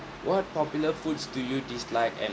what popular foods do you dislike and